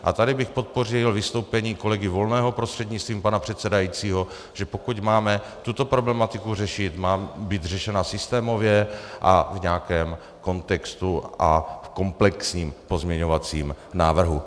A tady bych podpořil vystoupení kolegy Volného prostřednictvím pana předsedajícího, protože pokud máme tuto problematiku řešit, má být řešena systémově a v nějakém kontextu a v komplexním pozměňovacím návrhu.